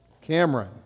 Cameron